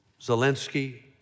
Zelensky